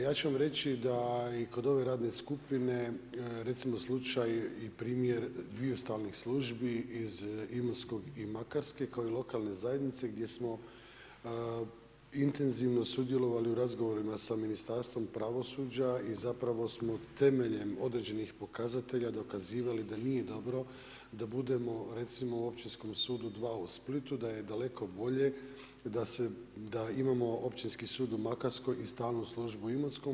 Ja ću vam reći da i kod ove radne skupine, recimo slučaj, primjer dviju stalnih službi iz Imotskog i Makarske, kao i lokalne zajednice, gdje smo intenzivno sudjelovali u razgovorima sa Ministarstvom pravosuđa i zapravo smo temeljem određenih pokazatelja, pokazivali da nije dobro, da budemo recimo u općinskom sudu, 2 u Splitu, da je daleko bolje da imamo općinski sud u Makarskoj i stalnu službu u Imotskom.